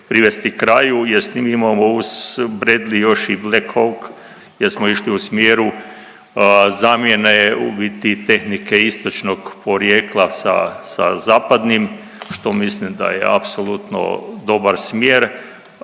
privesti kraju jer s njim imamo uz Bradley još i Black Hawk jer smo išli u smjeru zamjene u biti tehnike istočnog porijekla sa, sa zapadnim što mislim da je apsolutno dobar smjer.